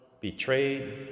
betrayed